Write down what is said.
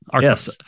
Yes